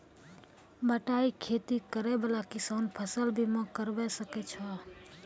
बटाई खेती करै वाला किसान फ़सल बीमा करबै सकै छौ?